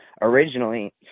originally